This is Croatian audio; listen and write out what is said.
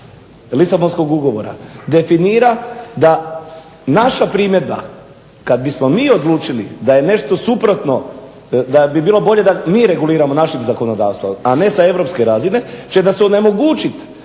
Lisabonskog ugovora definira da naša primjedba kad bismo mi odlučili da je nešto suprotno, da bi bilo bolje da mi reguliramo naše zakonodavstvo, a ne sa europske razine će nas onemogućiti